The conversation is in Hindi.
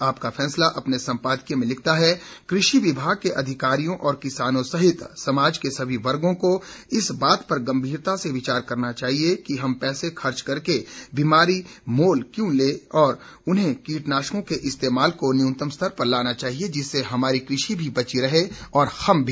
आपका फैसला अपने सम्पादकीय में लिखता है कृषि विभाग के अधिकारियों और किसानों सहित समाज के सभी वर्गों को इस बात पर गम्भीरता से विचार करना चाहिये कि हम पैसे खर्च करके बीमारी मोल क्यों लें और उन्हें कीटनाशकों के इस्तेमाल को न्यूनतम स्तर पर लाना चाहिये जिससे हमारी कृषि भी बची रहे और हम भी